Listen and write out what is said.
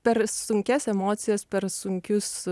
per sunkias emocijas per sunkius